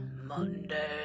Monday